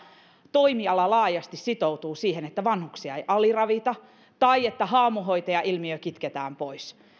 toimiala laajasti sitoutuu siihen että vanhuksia ei aliravita tai että haamuhoitajailmiö kitketään pois